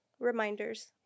Reminders